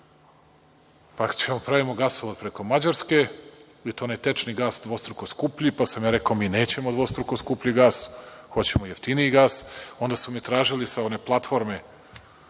pa ćemo da pravimo gasovod preko Mađarske, i to tečni gas, dvostruko skuplji, pa sam ja rekao – nećemo dvostruko skuplji gas, hoćemo jeftiniji gas. Tražili su mi sa one platforme,